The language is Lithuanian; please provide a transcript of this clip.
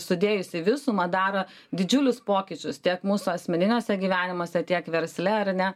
sudėjus į visumą davė didžiulius pokyčius tiek mūsų asmeniniuose gyvenimuose tiek versle ar ne